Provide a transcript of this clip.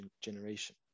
generation